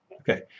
Okay